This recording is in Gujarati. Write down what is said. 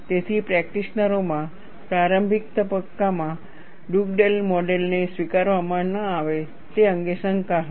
તેથી પ્રેક્ટિશનરોમાં પ્રારંભિક તબક્કામાં ડગડેલ મોડેલને સ્વીકારવામાં ન આવે તે અંગે શંકા હતી